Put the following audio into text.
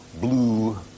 blue